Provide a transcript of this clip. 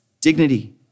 dignity